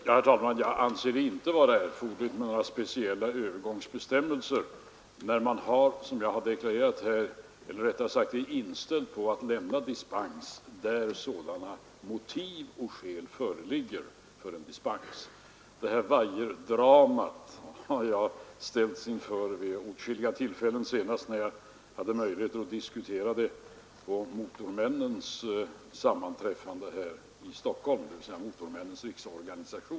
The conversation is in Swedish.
Herr talman! Jag anser det inte vara erforderligt med några speciella övergångsbestämmelser eftersom man, som jag har deklarerat här, är inställd på att lämna dispens där skäl för en sådan föreligger. Jag har vid åtskilliga tillfällen kunnat följa ”vajerdramat”, senast när jag deltog i en diskussion vid Motormännens riksorganisations möte i Stockholm.